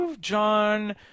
John